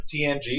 TNG